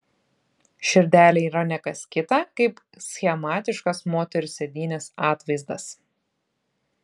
širdelė yra ne kas kita kaip schematiškas moters sėdynės atvaizdas